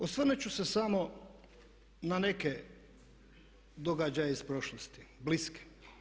Osvrnut ću se samo neke događaje iz prošlosti, bliske.